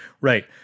Right